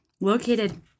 located